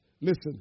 Listen